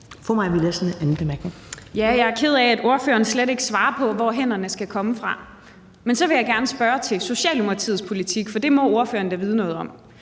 Mai Villadsen (EL): Jeg er ked af, at ordføreren slet ikke svarer på, hvor hænderne skal komme fra. Men så vil jeg gerne spørge til Socialdemokratiets politik, for det må ordføreren da vide noget om.